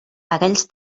aquells